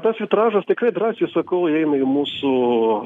tas vitražas tikrai drąsiai sakauįeina į mūsų